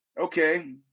okay